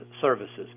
services